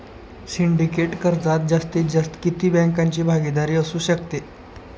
Syndicate कर्जात जास्तीत जास्त किती बँकांची भागीदारी असू शकते?